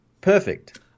perfect